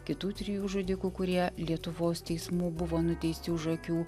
kitų trijų žudikų kurie lietuvos teismų buvo nuteisti už akių